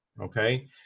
okay